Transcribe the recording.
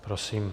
Prosím.